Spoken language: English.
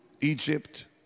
Egypt